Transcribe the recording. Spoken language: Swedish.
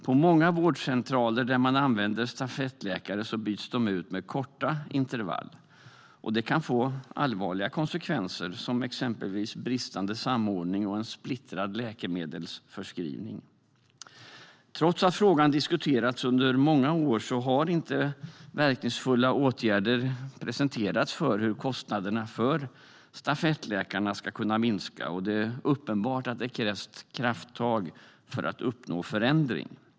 På många vårdcentraler där man använder stafettläkare byts de ut med korta intervall. Det kan få allvarliga konsekvenser, som exempelvis bristande samordning och en splittrad läkemedelsförskrivning. Trots att frågan diskuterats under många år har inga verkningsfulla åtgärder presenterats för hur kostnaderna för stafettläkarna ska kunna minska. Det är uppenbart att det krävs krafttag för att uppnå förändring.